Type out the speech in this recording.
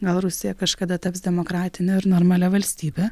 gal rusija kažkada taps demokratine ar normalia valstybe